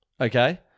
Okay